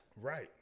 Right